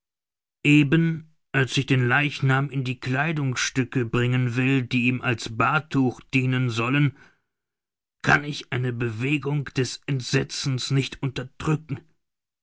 eben als ich den leichnam in die kleidungsstücke bringen will die ihm als bahrtuch dienen sollen kann ich eine bewegung des entsetzens nicht unterdrücken